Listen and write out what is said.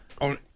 on